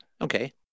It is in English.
okay